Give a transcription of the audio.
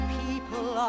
people